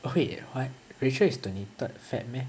wait what rachel is twenty third feb meh